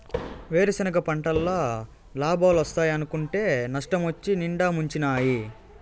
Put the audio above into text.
వేరుసెనగ పంటల్ల లాబాలోస్తాయనుకుంటే నష్టమొచ్చి నిండా ముంచినాయి